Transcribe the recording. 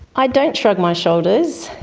i don't shrug my shoulders,